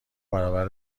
برابر